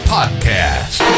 Podcast